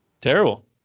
Terrible